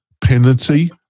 penalty